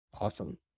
awesome